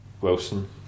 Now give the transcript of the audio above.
Wilson